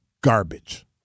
garbage